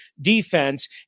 defense